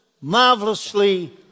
marvelously